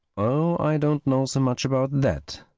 oh, i don't know so much about that,